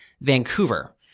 Vancouver